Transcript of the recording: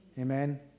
Amen